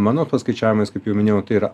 mano paskaičiavimais kaip jau minėjau tai yra